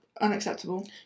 unacceptable